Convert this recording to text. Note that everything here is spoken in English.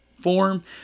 form